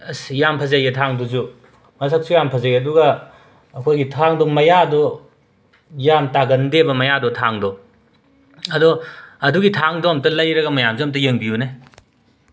ꯑꯁ ꯌꯥꯝꯅ ꯐꯖꯩꯌꯦ ꯊꯥꯡꯗꯨꯁꯨ ꯃꯁꯛꯁꯨ ꯌꯥꯝꯅ ꯐꯖꯩ ꯑꯗꯨꯒ ꯑꯩꯈꯣꯏꯒꯤ ꯊꯥꯡꯗꯣ ꯃꯌꯥꯗꯣ ꯌꯥꯝꯅ ꯇꯥꯒꯟꯗꯦꯕ ꯃꯌꯥꯗꯣ ꯊꯥꯡꯗꯣ ꯑꯗꯣ ꯑꯗꯨꯒꯤ ꯊꯥꯡꯗꯣ ꯑꯃꯨꯛꯇ ꯂꯩꯔꯒ ꯃꯌꯥꯝꯁꯨ ꯑꯃꯨꯛꯇ ꯌꯦꯡꯕꯤꯌꯨꯅꯦ